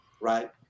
Right